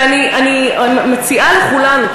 ואני מציעה לכולנו,